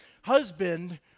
husband